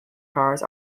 cars